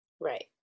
Right